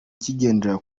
kigendera